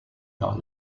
dans